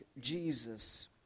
Jesus